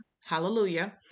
Hallelujah